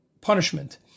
punishment